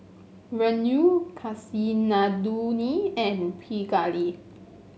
Renu Kasinadhuni and Pingali